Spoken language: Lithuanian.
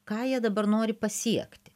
ką jie dabar nori pasiekti